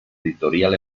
editorial